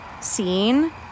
scene